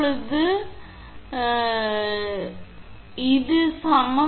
753 அது உங்கள் 0